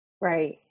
Right